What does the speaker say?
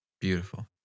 Beautiful